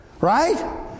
right